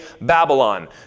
Babylon